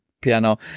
piano